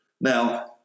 Now